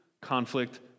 conflict